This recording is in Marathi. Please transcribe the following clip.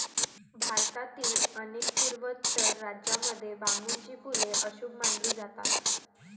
भारतातील अनेक पूर्वोत्तर राज्यांमध्ये बांबूची फुले अशुभ मानली जातात